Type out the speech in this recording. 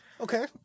Okay